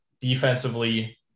defensively